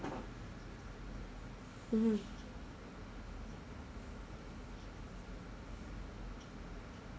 mmhmm